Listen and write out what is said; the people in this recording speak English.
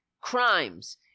crimes